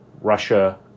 Russia